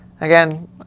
Again